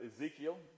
Ezekiel